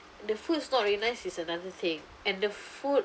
the food is not really nice is another thing and the food